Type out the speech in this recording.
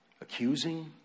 Accusing